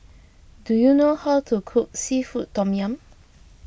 do you know how to cook Seafood Tom Yum